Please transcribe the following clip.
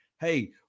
hey